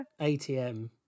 ATM